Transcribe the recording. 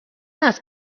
است